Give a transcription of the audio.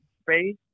space